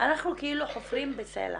אנחנו כאילו חופרים בסלע